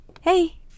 Hey